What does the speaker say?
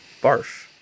barf